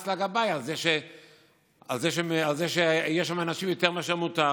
לגבאי על זה שיש שם אנשים יותר מהמותר.